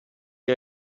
era